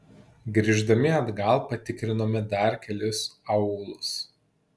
grįždami atgal patikrinome dar kelis aūlus